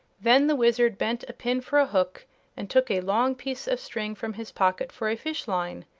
then the wizard bent a pin for a hook and took a long piece of string from his pocket for a fish-line.